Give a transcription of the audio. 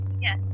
Yes